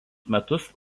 metus